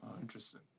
Interesting